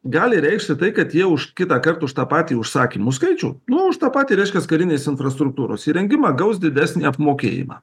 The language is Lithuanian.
gali reikšti tai kad jie už kitąkart už tą patį užsakymų skaičių nu už tą patį reiškias karinės infrastruktūros įrengimą gaus didesnį apmokėjimą